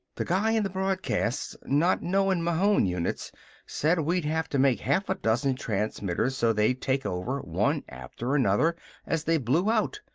the guy in the broadcast not knowing mahon units said we'd have to make half a dozen transmitters so they'd take over one after another as they blew out.